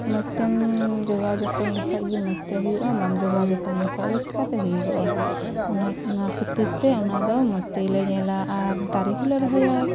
ᱢᱚᱡᱽᱛᱮᱢ ᱡᱚᱜᱟᱣᱼᱡᱚᱛᱚᱱ ᱞᱮᱠᱷᱟᱱᱜᱮ ᱢᱚᱡᱽᱛᱮ ᱦᱩᱭᱩᱜᱼᱟ ᱵᱟᱢ ᱡᱚᱜᱟᱣᱼᱡᱚᱛᱚᱱ ᱞᱮᱠᱷᱟᱱᱫᱚ ᱪᱤᱠᱟᱹᱛᱮ ᱦᱩᱭᱩᱜᱚᱼᱟ ᱚᱱᱮ ᱚᱱᱟ ᱠᱷᱟᱹᱛᱤᱨᱛᱮ ᱚᱱᱟᱫᱚ ᱢᱚᱡᱽᱛᱮᱜᱮᱞᱮ ᱧᱮᱞᱟ ᱟᱨ ᱫᱟᱨᱮᱠᱚᱞᱮ ᱨᱚᱦᱚᱭᱟ